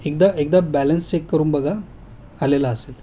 एकदा एकदा balance check करून बघा आलेला असेल